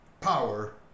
power